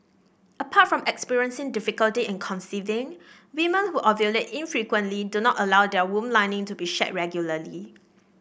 apart from experiencing difficulty in conceiving women who ovulate infrequently do not allow their womb lining to be shed regularly